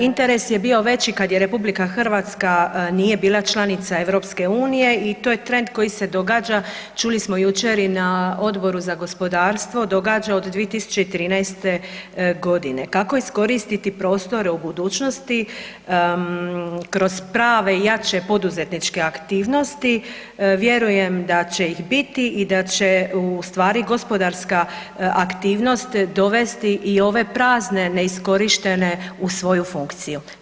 Interes je bio veći kad je RH nije bila članica EU i to je trend koji se događa, čuli smo jučer i na Odboru za gospodarstvo, događa od 2013. g., kako iskoristiti prostore u budućnosti, kroz prave i jače poduzetničke aktivnosti, vjerujem da će ih biti i da će ustvari gospodarska aktivnosti dovesti i ove prazne neiskorištene u svoju funkciju.